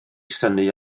synnu